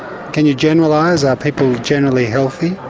can you generalise, are people generally healthy?